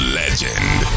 legend